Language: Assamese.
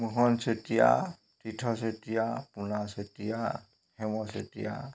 মোহন চেতিয়া তীৰ্থ চেতিয়া পুনা চেতিয়া হেম চেতিয়া